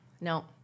no